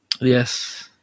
yes